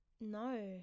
no